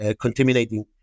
contaminating